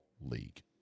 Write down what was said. League